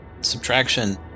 Subtraction